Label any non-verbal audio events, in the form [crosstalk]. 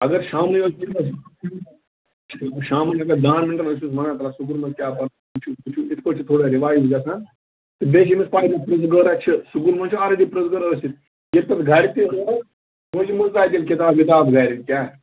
اگر شامنٕے یوت [unintelligible] شامن اگر دَہن مِنٛٹن ٲسۍہوٗس ونان تلا سکوٗل منٛزٕ کیٛاہ پرٕن یہِ چھُ یہِ چھُ یِتھٕ پٲٹھۍ تہِ تھوڑا رِوایِز گژھان بیٚیہِ چھِ أمِس پیی پرٕژٕگٲر ہا چھِ سکولہٕ منٛز چھِ آلریڈی پرٕٛژھٕگٲر ٲسِتھ ییٚلہِ پتہٕ گرِ تہِ [unintelligible] مٔنٛزۍ مُژراوِ کِتاب وِتاب گرِ کیٛاہ